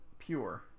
Pure